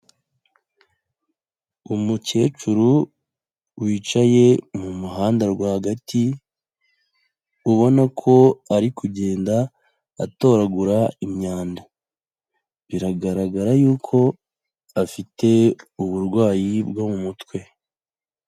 Umukecuru wicaye mu muhanda rw'agati, ubona ko ari kugenda atoragura imyanda, biragaragara yuko afite uburwayi bwo mu mutwe.